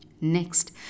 Next